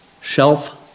shelf